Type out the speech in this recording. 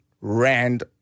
Rand